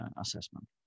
assessment